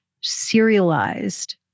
serialized